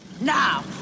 Now